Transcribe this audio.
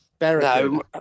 No